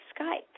Skype